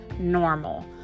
normal